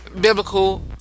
biblical